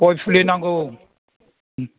गय फुलि नांगौ